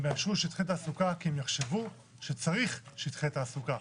הם יאשרו שטחי תעסוקה כי הם יחשבו שצריך שטחי תעסוקה.